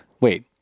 wait